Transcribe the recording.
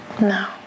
No